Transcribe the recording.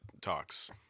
talks